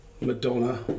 Madonna